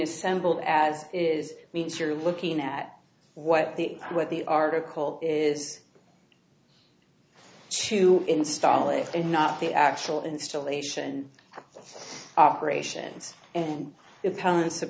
assembled as is means you're looking at what the what the article is to install it and not the actual installation operations and con